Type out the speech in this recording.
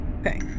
Okay